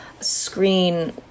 screen